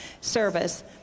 service